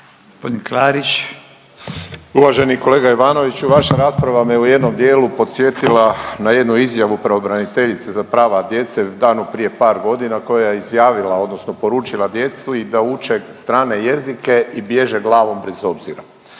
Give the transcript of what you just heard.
(HDZ)** Uvaženi kolega Ivanoviću vaša rasprava me u jednom dijelu podsjetila na jednu izjavu pravobraniteljice za prava djece danu prije par godina koja je izjavila odnosno poručila djeci da uče strane jezike i bježe glavom bez obzira.